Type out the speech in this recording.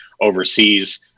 overseas